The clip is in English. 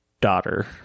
Daughter